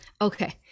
okay